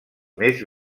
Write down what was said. més